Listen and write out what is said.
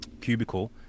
cubicle